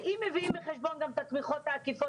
אם מביאים בחשבון גם את התמיכות העקיפות